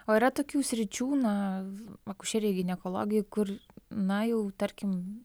o yra tokių sričių na akušeriai ginekologijoj kur na jau tarkim